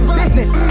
business